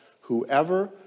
Whoever